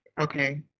okay